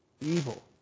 Evil